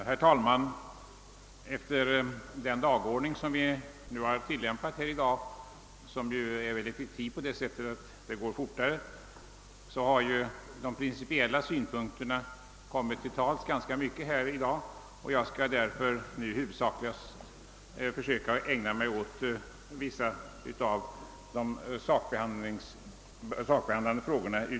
Herr talman! Enligt den dagordning som vi tillämpar och som är effektiv på så sätt att det går fortare undan i dag än det gjorde i går, har de principiella synpunkterna fått komma till uttryck ganska mycket. Jag skall därför nu huvudsakligen försöka ägna mig åt vissa av de i bevillningsutskottet sakbehandlade frågorna.